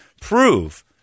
prove